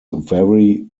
very